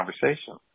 conversation